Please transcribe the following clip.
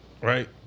right